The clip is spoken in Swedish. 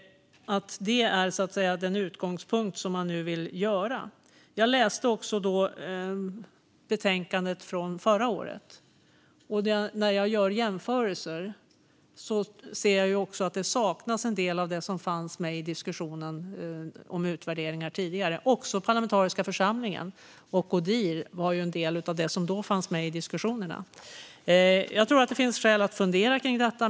Det är den utgångspunkt som man nu vill ta. Jag har läst betänkandet från förra året och gjort jämförelser. En del av det som tidigare fanns med i diskussionen om utvärderingar saknas nu. Den parlamentariska församlingen och ODIHR hörde till det som då fanns med i diskussionerna. Jag tror att det finns skäl att fundera på detta.